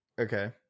okay